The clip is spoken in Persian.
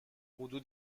حدود